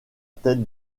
tête